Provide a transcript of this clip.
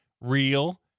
Real